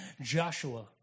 Joshua